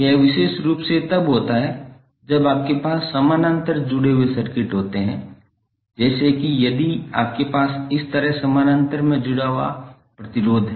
यह विशेष रूप से तब होता है जब आपके पास समानांतर जुड़े सर्किट होते हैं जैसे कि यदि आपके पास इस तरह समानांतर में जुड़ा हुआ प्रतिबाधा है